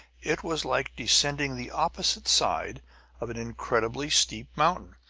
it was like descending the opposite side of an incredibly steep mountain,